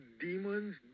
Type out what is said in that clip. demons